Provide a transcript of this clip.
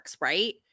right